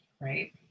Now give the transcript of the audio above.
Right